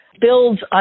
builds